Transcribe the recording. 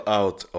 out